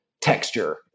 texture